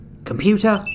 Computer